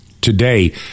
Today